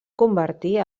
convertir